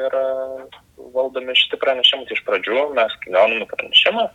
yra valdomi šiti pranešam tai iš pradžių mes kai gauname pranešimą